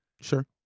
Sure